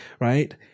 right